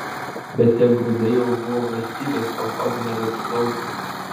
bet tie grūdai jau buvo valstybės kolchozui nebepriklausė